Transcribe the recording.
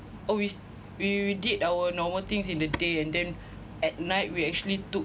oh we did our normal things in the day and then at night we actually took